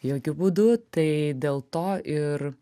jokiu būdu tai dėl to ir